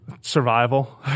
Survival